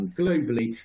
globally